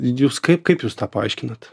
jūs kaip kaip jūs tą paaiškinat